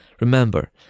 Remember